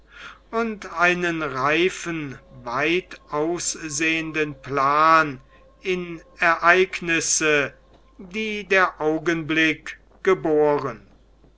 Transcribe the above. und einen reifen weitaussehenden plan in ereignisse die der augenblick geboren